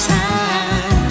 time